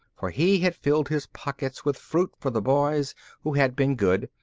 for he had filled his pockets with fruit for the boys who had been good,